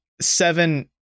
seven